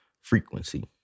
frequency